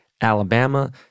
Alabama